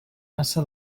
massa